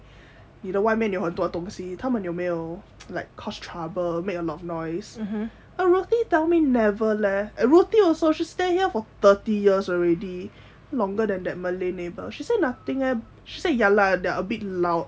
你的外面又很多东西他们有没有 like cause trouble make a lot of noise but ruthie tell me never leh ruthie also she stay here for thirty years already longer than that malay neighbours she said nothing eh she said ya lah they a bit loud